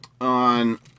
on